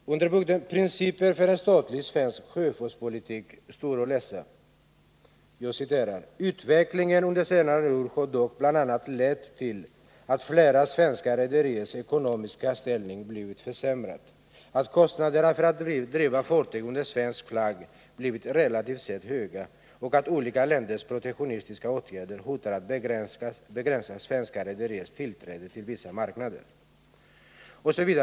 Fru talman! Under rubriken Principer för en statlig svensk sjöfartspolitik står följande att läsa i trafikutskottets betänkande: ”Utvecklingen under senare år har dock bl.a. lett till att flera svenska rederiers ekonomiska ställning blivit försämrad, att kostnaderna för att driva fartyg under svensk flagg blivit relativt sett höga och att olika länders protektionistiska åtgärder hotar att begränsa svenska rederiers tillträde till vissa marknader.